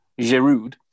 Geroud